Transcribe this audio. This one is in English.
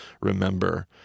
remember